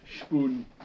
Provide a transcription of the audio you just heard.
Spoon